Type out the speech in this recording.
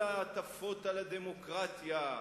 כל ההטפות על הדמוקרטיה,